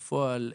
בפועל,